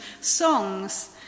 songs